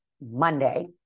Monday